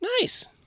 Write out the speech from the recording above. Nice